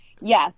yes